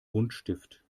buntstift